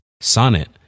Sonnet